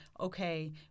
okay